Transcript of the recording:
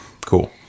cool